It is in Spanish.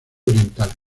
oriental